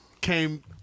came